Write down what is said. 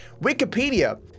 Wikipedia